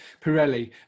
Pirelli